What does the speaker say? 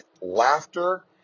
laughter